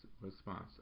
response